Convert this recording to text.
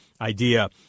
idea